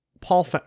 Paul